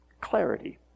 Clarity